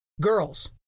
girls